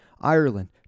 Ireland